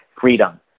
freedom